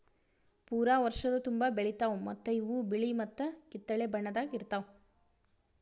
ಪೂರಾ ವರ್ಷದ ತುಂಬಾ ಬೆಳಿತಾವ್ ಮತ್ತ ಇವು ಬಿಳಿ ಮತ್ತ ಕಿತ್ತಳೆ ಬಣ್ಣದಾಗ್ ಇರ್ತಾವ್